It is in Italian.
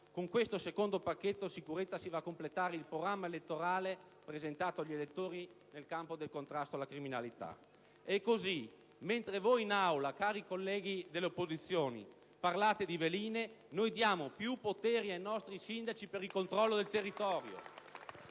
con il secondo pacchetto si va a completare il programma elettorale presentato agli elettori nel campo del contrasto alla criminalità. Così, mentre voi in Aula, cari colleghi delle opposizioni, parlate di veline, noi diamo più poteri ai nostri sindaci per il controllo del territorio